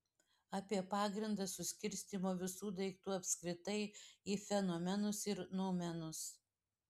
apie pagrindą suskirstymo visų daiktų apskritai į fenomenus ir noumenus